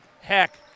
Heck